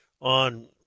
on